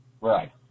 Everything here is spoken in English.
Right